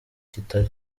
kitari